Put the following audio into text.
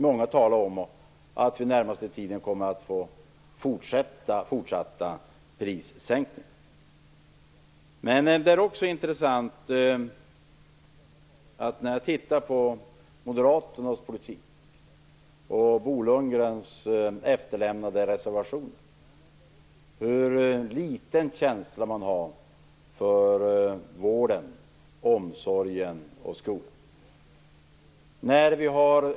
Många talar om att vi den närmaste tiden kommer att få fortsatta prissänkningar. När jag tittar på Moderaternas politik och Bo Lundgrens efterlämnade reservationer är det intressant att se vilken liten känsla man har för vården, omsorgen och skolan.